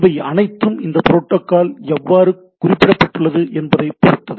இவை அனைத்தும் இந்த புரோட்டோகால் எவ்வாறு குறிப்பிடப்பட்டுள்ளது என்பதைப் பொறுத்தது